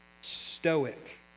Stoic